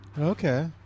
Okay